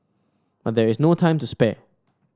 but there is no time to spare